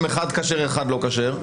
אחד כשר ואחד לא כשר.